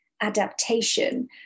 adaptation